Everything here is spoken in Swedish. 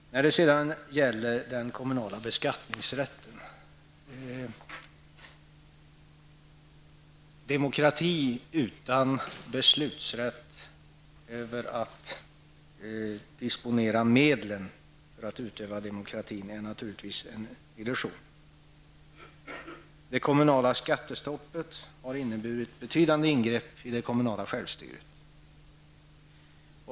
Apropå den kommunala beskattningsrätten vill jag säga att en demokrati utan beslutanderätt över de disponibla medel som behövs för att utöva demokratin naturligtvis är en illusion. Det kommunala skattestoppet har inneburit betydande ingrepp i det kommunala självstyret.